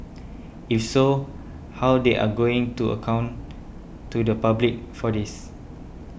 if so how they are going to account to the public for this